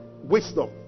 wisdom